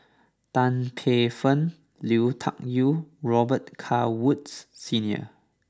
Tan Paey Fern Lui Tuck Yew and Robet Carr Woods Senior